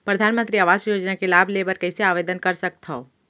परधानमंतरी आवास योजना के लाभ ले बर कइसे आवेदन कर सकथव?